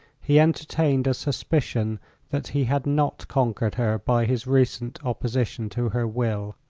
he entertained a suspicion that he had not conquered her by his recent opposition to her will.